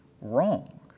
wrong